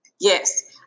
Yes